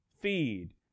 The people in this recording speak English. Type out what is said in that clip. feed